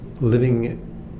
living